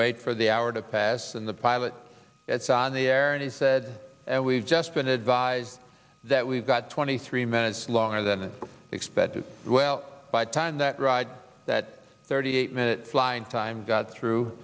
wait for the hour to pass and the pilot that's on the air and he said we've just been advised that we've got twenty three minutes longer than expected well by the time that ride that thirty eight minute flying time got through